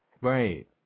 Right